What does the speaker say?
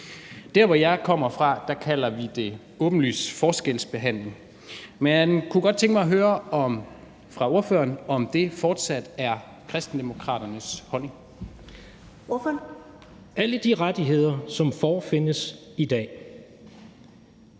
Der, hvor jeg kommer fra, kalder vi det åbenlys forskelsbehandling. Jeg kunne godt tænke mig at høre fra ordføreren, om det fortsat er Kristendemokraternes holdning. Kl. 20:18 Første næstformand (Karen